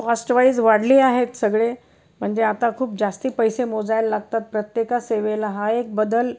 cost wise वाढली आहेत सगळे म्हणजे आता खूप जास्ती पैसे मोजायला लागतात प्रत्येक सेवेला हा एक बदल